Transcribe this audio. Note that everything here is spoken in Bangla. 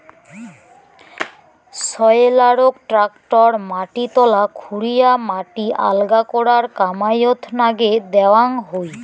সয়েলারক ট্রাক্টর মাটি তলা খুরিয়া মাটি আলগা করার কামাইয়ত নাগে দ্যাওয়াং হই